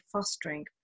Fostering